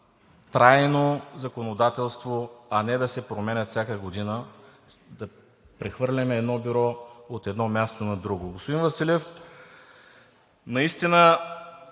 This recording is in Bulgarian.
трайно законодателство, а не да се променят всяка година – да прехвърляме едно Бюро от едно място на друго. Господин Василев, наистина